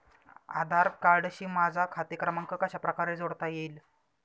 आधार कार्डशी माझा खाते क्रमांक कशाप्रकारे जोडता येईल?